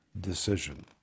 decision